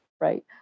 Right